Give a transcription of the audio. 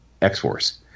X-Force